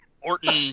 Orton